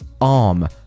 arm